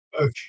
Okay